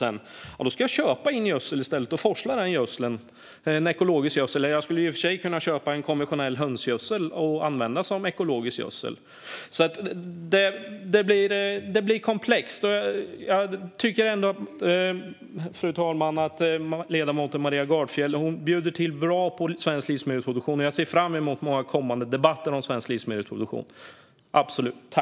Då måste jag i stället köpa in ekologisk gödsel och forsla den, och jag skulle i och för sig kunna köpa konventionell hönsgödsel och använda som ekologisk gödsel. Det blir komplext. Riksrevisionens rapport om Landsbygdsprogram-met 2014-2020 Fru talman! Jag tycker ändå att ledamoten Maria Gardfjell bjuder till bra när det gäller svensk livsmedelsproduktion, och jag ser absolut fram emot många kommande debatter om detta.